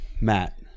Matt